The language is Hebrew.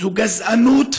זו גזענות,